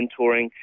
mentoring